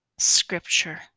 scripture